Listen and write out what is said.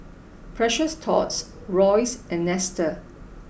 precious Thots Royce and Nestle